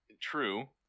True